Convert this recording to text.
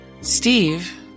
Steve